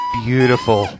beautiful